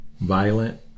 violent